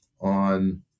on